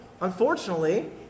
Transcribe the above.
unfortunately